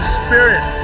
spirit